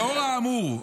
לאור האמור,